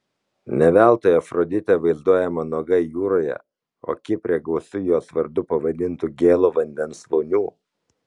ne veltui afroditė vaizduojama nuoga jūroje o kipre gausu jos vardu pavadintų gėlo vandens vonių